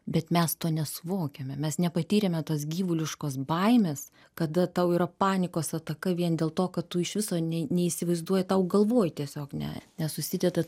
bet mes to nesuvokiame mes nepatyrėme tos gyvuliškos baimės kada tau yra panikos ataka vien dėl to kad tu iš viso nė neįsivaizduoji tau galvoj tiesiog ne nesusideda